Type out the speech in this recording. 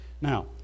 Now